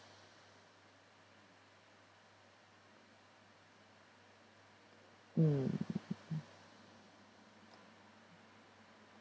mm